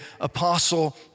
Apostle